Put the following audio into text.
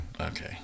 Okay